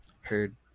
Heard